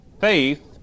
faith